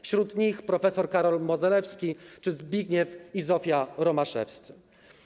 Wśród nich byli prof. Karol Modzelewski czy Zbigniew i Zofia Romaszewscy.